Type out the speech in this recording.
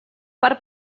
part